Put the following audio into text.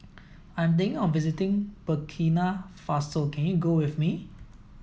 I am thinking of visiting Burkina Faso can you go with me